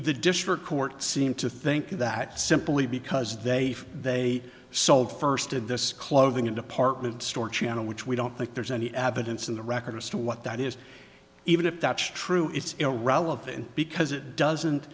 the district court seem to think that simply because they feel they sold first of this clothing in department store channel which we don't think there's any evidence in the record as to what that is even if that's true it's irrelevant because it doesn't